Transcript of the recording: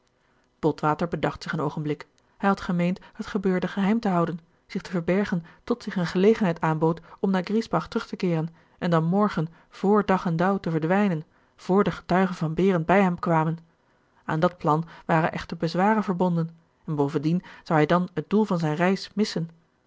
botwater bedacht zich een oogenblik hij had gemeend het gebeurde geheim te houden zich te verbergen tot zich eene gelegenheid aanbood om naar griesbach terug te keeren en dan morgen vr dag en dauw te verdwijnen vr de getuigen van behren bij hem kwamen aan dat plan waren echter bezwaren verbonden en bovendien zou hij dan het doel van zijne reis missen